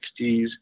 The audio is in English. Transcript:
1960s